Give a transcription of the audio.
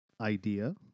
idea